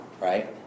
right